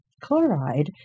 chloride